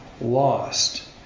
lost